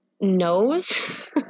knows